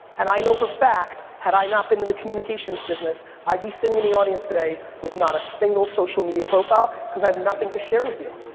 and i know, for fact, had i not been in the communications business, i'd be sitting in the audience today with not a single social media profile cause i have nothing to share with you.